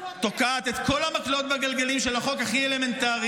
תוקעת את כל המקלות בגלגלים של החוק הכי אלמנטרי,